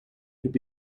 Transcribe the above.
could